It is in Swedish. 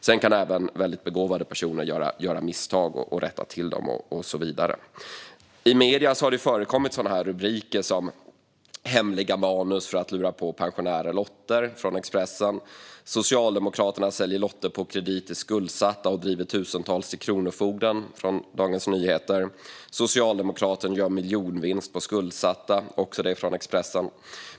Men även begåvade personer göra misstag och sedan rätta till dem. I medierna har det förekommit rubriker som "Hemliga manus för att lura på pensionärer lotter" och "Socialdemokraterna gör miljonvinster på skuldsatta" i Expressen och "Socialdemokraterna säljer lotter på kredit till skuldsatta och driver tusentals till kronofogden" i Dagens Nyheter.